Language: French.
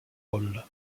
rôle